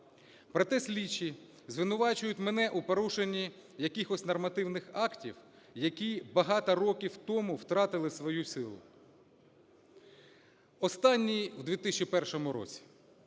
Проте слідчі звинувачують мене у порушенні якихось нормативних актів, які багато років тому втратили свою силу. Останній в 2001 році.